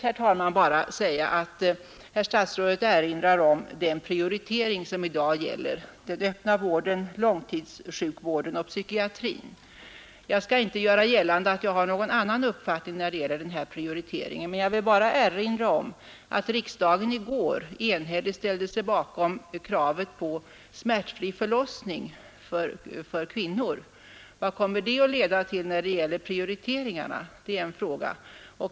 Herr statsrådet erinrade om den prioritering som i dag gäller, för den öppna vården, långtidssjukvården och psykiatrin. Jag skall inte göra gällande att jag har någon annan uppfattning när det gäller prioriteringen, men jag vill erinra om att riksdagen i går enhälligt ställde sig bakom kravet på smärtfri förlossning. Vad kommer det att leda till när det gäller prioriteringarna? Det är en fråga.